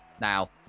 now